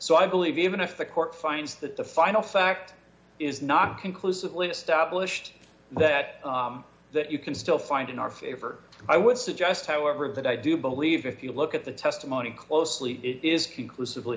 so i believe even if the court finds that the final fact is not conclusively established that that you can still find in our favor i would suggest however that i do believe if you look at the testimony closely it is conclusively